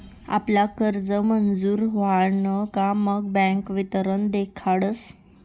आपला कर्ज मंजूर व्हयन का मग बँक वितरण देखाडस